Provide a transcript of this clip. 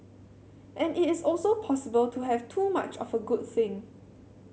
and it is also possible to have too much of a good thing